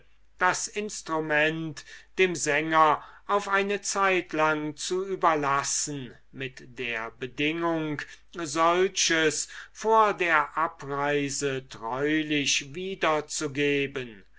das instrument dem sänger auf eine zeitlang zu überlassen mit der bedingung solches vor der abreise treulich wiederzugeben